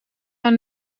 aan